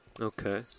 Okay